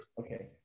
Okay